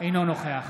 אינו נוכח